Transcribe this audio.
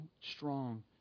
strong